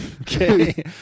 Okay